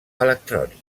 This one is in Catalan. electrònic